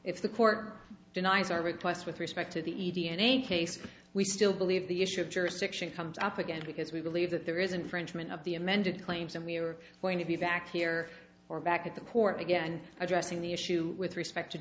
if the court denies our request with respect to the e d n a case we still believe the issue of jurisdiction comes up again because we believe that there is an frenchman of the amended claims and we are going to be back here or back at the court again and addressing the issue with respect to